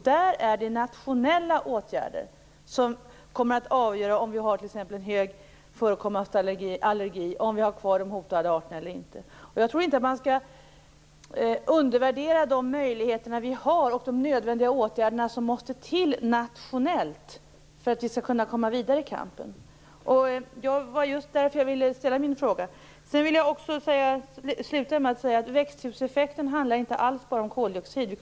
Det är nationella åtgärder som kommer att avgöra om vi t.ex. skall ha en hög förekomst av allergi eller om vi skall ha kvar de hotade arterna eller inte. Jag tror inte att vi skall undervärdera de möjligheter som vi har och de åtgärder som nödvändigtvis måste till nationellt för att vi skall kunna komma vidare i kampen. Det var också därför som jag ville ställa mina frågor. Jag vill till sist säga att växthuseffekten alls inte bara handlar om koldioxid.